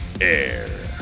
air